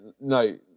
no